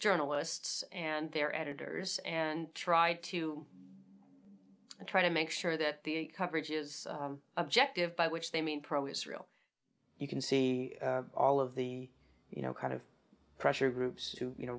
journalists and their editors and try to trying to make sure that the coverage is objective by which they mean pro israel you can see all of the you know kind of pressure groups who you know